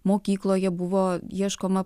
mokykloje buvo ieškoma